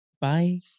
bye